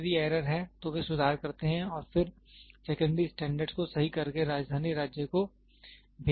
यदि कोई एरर है तो वे सुधार करते हैं और फिर सेकेंड्री स्टैंडर्ड को सही करके राजधानी राज्य को भेज दिया जाता है